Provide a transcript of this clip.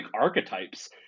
archetypes